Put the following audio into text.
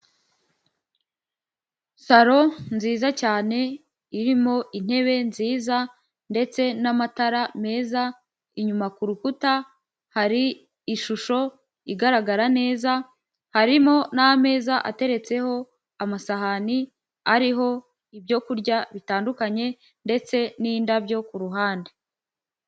Salo nziza cyane irimo intebe nziza, ndetse n'amatara meza, inyuma kurukuta hari ishusho igaragara neza, harimo n'ameza ateretseho amasahani ariho ibyo kurya bitandukanye, ndetse n'indabyo ku ruhande.